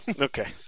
Okay